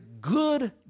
good